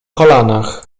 kolanach